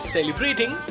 Celebrating